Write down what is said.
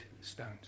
stones